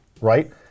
right